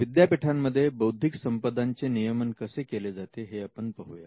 विद्यापीठांमध्ये बौद्धिक संपदा चे नियमन कसे केले जाते हे आपण पाहूया